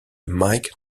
mike